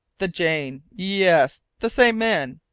the jane? yes. the same man.